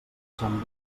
sant